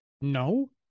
No